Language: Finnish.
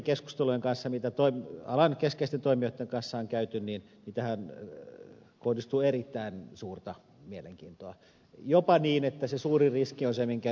niitten keskustelujen mukaan mitä alan keskeisten toimijoitten kanssa on käyty tähän kohdistuu erittäin suurta mielenkiintoa jopa niin että se suurin riski on se minkä ed